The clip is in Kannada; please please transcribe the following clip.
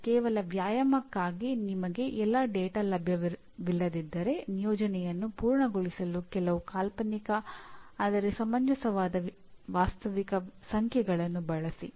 ಮತ್ತು ಕೇವಲ ವ್ಯಾಯಾಮಕ್ಕಾಗಿ ನಿಮಗೆ ಎಲ್ಲಾ ಡೇಟಾ ಲಭ್ಯವಿಲ್ಲದಿದ್ದರೆ ನಿಯೋಜನೆಯನ್ನು ಪೂರ್ಣಗೊಳಿಸಲು ಕೆಲವು ಕಾಲ್ಪನಿಕ ಆದರೆ ಸಮಂಜಸವಾದ ವಾಸ್ತವಿಕ ಸಂಖ್ಯೆಗಳನ್ನು ಬಳಸಿ